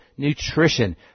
Nutrition